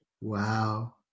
Wow